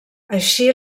així